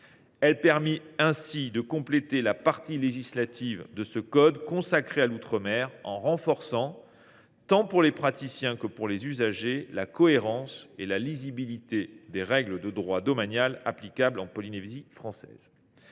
Elle permet ainsi de compléter la partie législative de ce code consacrée à l’outre mer en renforçant, tant pour les praticiens que pour les usagers, la cohérence et l’intelligibilité des règles de droit domanial applicables en Polynésie française.